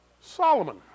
Solomon